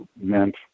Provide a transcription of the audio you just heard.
meant